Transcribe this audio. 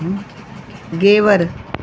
गेवर